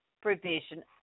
provision